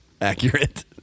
Accurate